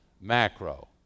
macro